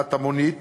להפעלת המונית